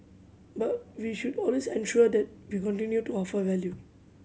but we should always ensure that we continue to offer value